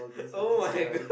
[oh]-my-god